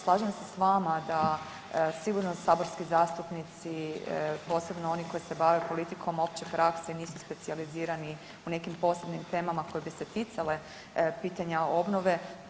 Slažem se s vama da sigurno saborski zastupnici posebno oni koji se bave politikom opće prakse nisu specijalizirani u nekim posebnim temama koje bi se ticale pitanja obnove.